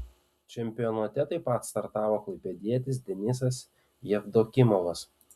čempionate taip pat startavo klaipėdietis denisas jevdokimovas